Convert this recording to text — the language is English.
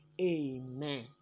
amen